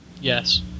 Yes